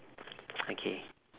okay